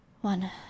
One